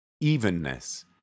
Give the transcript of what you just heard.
evenness